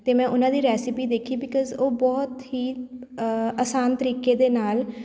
ਅਤੇ ਮੈਂ ਉਹਨਾਂ ਦੀ ਰੈਸਿਪੀ ਦੇਖੀ ਬਿਕੋਜ਼ ਉਹ ਬਹੁਤ ਹੀ ਆਸਾਨ ਤਰੀਕੇ ਦੇ ਨਾਲ਼